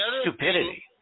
stupidity